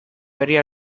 very